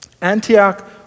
Antioch